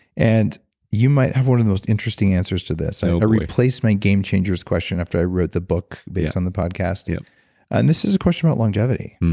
and you might have one of the most interesting answers to this. i replaced my game changers question after i wrote the book based on the podcast, and this is a question about longevity.